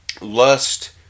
Lust